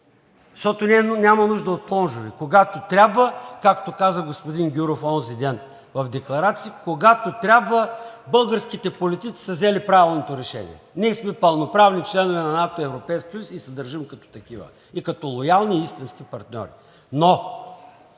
защото няма нужда от плонжове, когато трябва, както каза господин Гюров онзи ден в декларацията, българските политици са взели правилното решение. Ние сме пълноправни членове на НАТО и Европейския съюз и се държим като такива и като лоялни истински партньори. Но